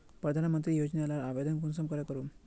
प्रधानमंत्री योजना लार आवेदन कुंसम करे करूम?